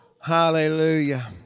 Hallelujah